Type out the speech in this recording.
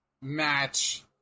match